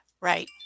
Right